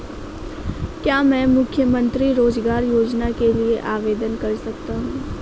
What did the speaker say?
क्या मैं मुख्यमंत्री रोज़गार योजना के लिए आवेदन कर सकता हूँ?